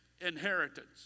inheritance